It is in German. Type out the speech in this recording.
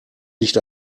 nicht